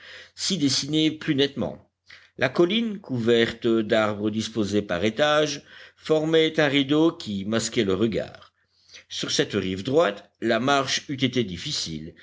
s'y dessinait plus nettement la colline couverte d'arbres disposés par étages formait un rideau qui masquait le regard sur cette rive droite la marche eût été difficile